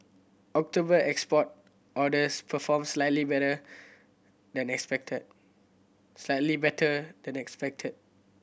October export orders performed slightly better than expected slightly better than expected